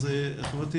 אז חברתי,